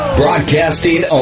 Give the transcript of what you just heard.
broadcasting